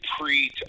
pre